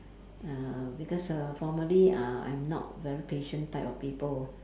uh because uh formerly uh I'm not very patient type of people